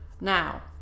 now